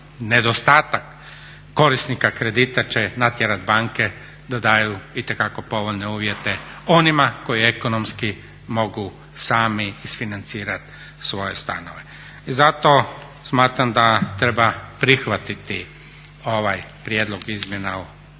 nedostatak korisnika kredita će natjerati banke da daju itekako povoljne uvjete onima koje ekonomski mogu sami isfinacirati svoje stanove. I zato smatram da treba prihvatiti ovaj prijedlog izmjena i